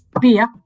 beer